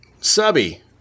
Subby